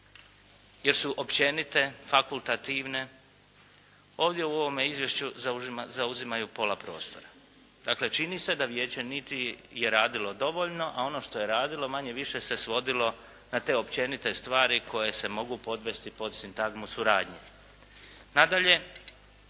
jer su općenite, fakultativne, ovdje u ovom izvješću zauzimaju pola prostora. Dakle čini se da vijeće niti je radilo dovoljno, a ono što je radilo manje-više se svodilo na te općenite stvari koje se mogu podvesti pod sintagmu suradnje. Nadalje,